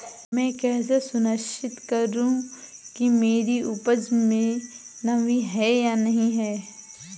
मैं कैसे सुनिश्चित करूँ कि मेरी उपज में नमी है या नहीं है?